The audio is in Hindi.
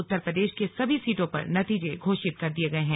उतर प्रदेश के सभी सीटों पर नतीजे घोषित कर दिए गए हैं